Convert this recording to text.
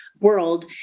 world